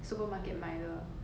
supermarket 买的